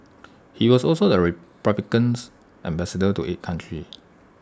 he was also the republicans ambassador to eight countries